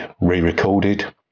re-recorded